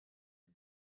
him